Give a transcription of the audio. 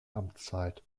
amtszeit